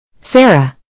Sarah